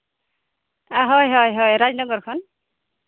ᱦᱳᱭ ᱦᱳᱭ ᱨᱟᱡᱽᱱᱚᱜᱚᱨ ᱠᱷᱚᱱ